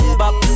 bop